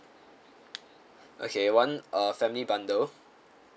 okay one uh family bundle